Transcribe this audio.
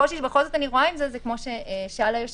הקושי שאני בכל זאת רואה עם זה זה כמו ששאל היושב-ראש.